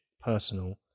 personal